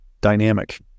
dynamic